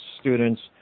students